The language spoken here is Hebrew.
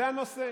זה הנושא.